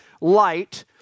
light